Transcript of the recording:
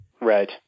Right